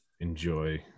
Enjoy